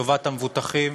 לטובת המבוטחים.